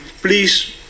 please